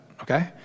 okay